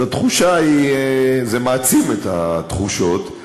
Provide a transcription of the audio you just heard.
אז התחושה היא זה מעצים את התחושות.